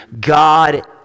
God